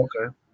Okay